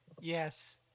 Yes